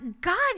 God